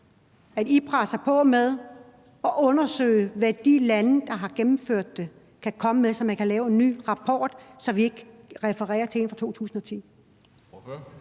presser på med at undersøge, hvad de lande, der har gennemført det, kan komme med, så man kan lave en ny rapport, så vi ikke refererer til en fra 2010?